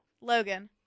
Logan